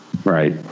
Right